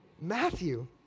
Matthew